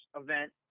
event